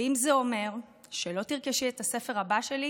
ואם זה אומר שלא תרכשי את הספר הבא שלי,